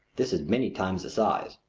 this is many times the size.